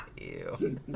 Ew